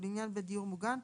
ולעניין בית דיור מוגן,